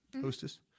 hostess